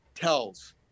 tells